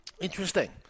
Interesting